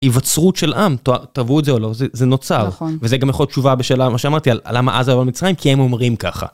היווצרות של עם תרבות זה או לא זה נוצר וזה גם יכול תשובה בשאלה על מה שאמרתי על למה עזה במצרים כי הם אומרים ככה.